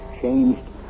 ...changed